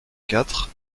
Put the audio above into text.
quatre